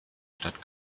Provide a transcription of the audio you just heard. stadt